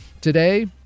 Today